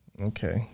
Okay